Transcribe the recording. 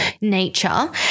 nature